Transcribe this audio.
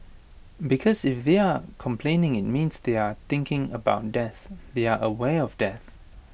because if they are complaining IT means they are thinking about death they are aware of death